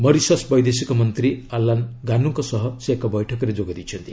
Mauritius ବୈଦେଶିକ ମନ୍ତ୍ରୀ Alan ଗାନୁଙ୍କ ସହ ସେ ଏକ ବୈଠକରେ ଯୋଗ ଦେଇଛନ୍ତି